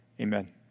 amen